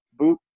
Boop